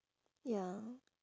ya